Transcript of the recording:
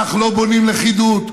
כך לא בונים לכידות.